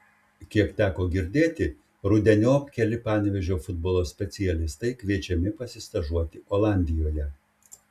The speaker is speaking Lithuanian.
kiek teko girdėti rudeniop keli panevėžio futbolo specialistai kviečiami pasistažuoti olandijoje